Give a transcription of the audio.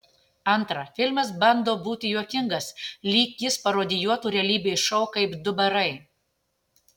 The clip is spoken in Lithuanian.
antra filmas bando būti juokingas lyg jis parodijuotų realybės šou kaip du barai